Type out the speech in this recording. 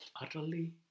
utterly